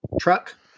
truck